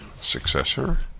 successor